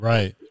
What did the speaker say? Right